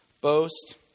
boast